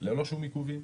- ללא שום עיכובים.